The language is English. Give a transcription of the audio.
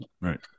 right